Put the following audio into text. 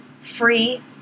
free